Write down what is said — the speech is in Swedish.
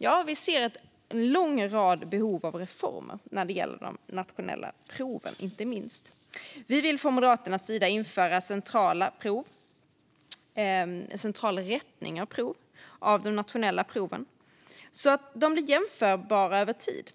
Ja, vi ser ett behov av en lång rad reformer när det gäller de nationella proven. Moderaterna vill införa central rättning av de nationella proven så att de blir jämförbara över tid,